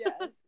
yes